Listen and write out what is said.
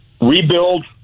rebuild